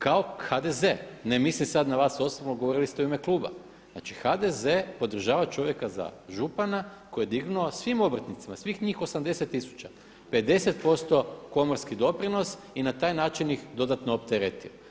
Kao HDZ ne mislim sad na vas osobno, govorili ste u ime kluba, znači HDZ podržava čovjeka za župana koji je dignuo svim obrtnicima, svih njih 80000 50% komorski doprinos i na taj način ih dodatno opteretio.